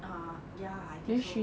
ya ya I think so